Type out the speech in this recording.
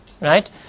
right